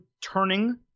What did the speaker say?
turning